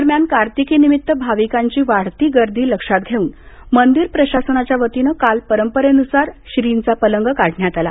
दरम्यान कार्तिकी निमित्त भाविकांची वाढती गर्दी लक्षात घेवून मंदिर प्रशासनाच्यावतीनं काल परंपरेनुसार श्रीं चा पलंग काढण्यात आला